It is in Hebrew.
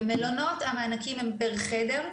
במלונות המענקים הם פר חדר,